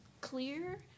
clear